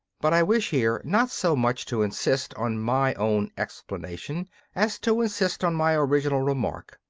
but i wish here not so much to insist on my own explanation as to insist on my original remark.